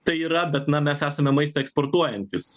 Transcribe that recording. tai yra bet na mes esame maistą eksportuojantys